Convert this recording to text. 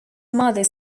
mother